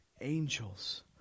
angels